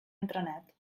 intranet